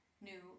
new